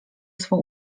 swą